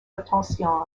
attention